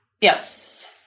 yes